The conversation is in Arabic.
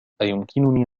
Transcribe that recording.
أيمكنني